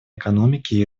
экономике